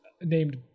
named